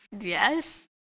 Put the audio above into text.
Yes